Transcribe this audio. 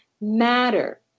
matter